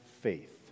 faith